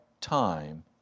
time